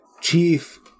Chief